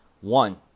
One